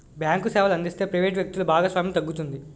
bank సేవలు అందిస్తే private వ్యక్తులు భాగస్వామ్యం తగ్గుతుంది